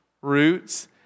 roots